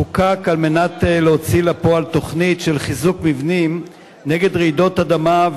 חוקק כדי להוציא לפועל תוכנית של חיזוק מבנים נגד רעידות אדמה,